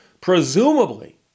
Presumably